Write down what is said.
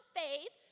faith